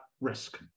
risk